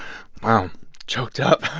wow choked up.